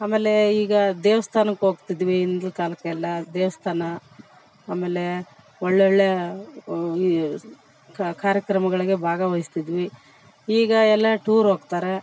ಆಮೇಲೇ ಈಗ ದೇಸ್ಥಾನಕ್ ಹೋಗ್ತಿದ್ವಿ ಹಿಂದ್ಲ ಕಾಲಕ್ಕೆಲ್ಲ ದೇವಸ್ಥಾನ ಆಮೇಲೆ ಒಳ್ಳೊಳ್ಳೇ ಕಾರ್ಯಕ್ರಮಗಳಿಗೆ ಭಾಗವಹಿಸ್ತಿದ್ವಿ ಈಗ ಎಲ್ಲ ಟೂರ್ ಹೋಗ್ತಾರೆ